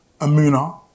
Amuna